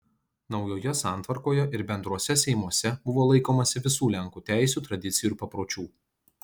naujoje santvarkoje ir bendruose seimuose buvo laikomasi visų lenkų teisių tradicijų ir papročių